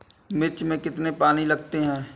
मिर्च में कितने पानी लगते हैं?